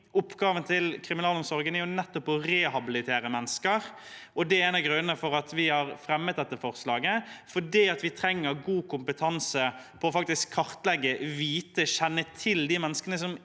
Oppgaven til kriminalomsorgen er nettopp å rehabilitere mennesker. Det er en av grunnene til at vi har fremmet dette forslaget, for vi trenger god kompetanse for å kartlegge, vite om, kjenne til de menneskene som er